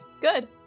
Good